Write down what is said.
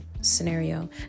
scenario